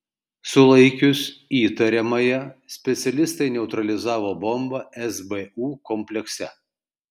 sulaikius įtariamąją specialistai neutralizavo bombą sbu komplekse